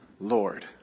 Lord